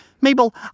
Mabel